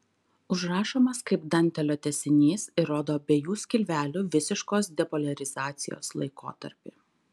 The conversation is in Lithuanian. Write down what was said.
užrašomas kaip dantelio tęsinys ir rodo abiejų skilvelių visiškos depoliarizacijos laikotarpį